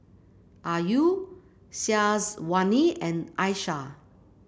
Ayu Syazwani and Aishah